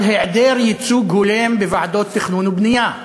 על היעדר ייצוג הולם בוועדות תכנון ובנייה אזוריות,